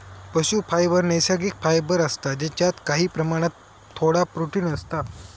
पशू फायबर नैसर्गिक फायबर असता जेच्यात काही प्रमाणात थोडा प्रोटिन असता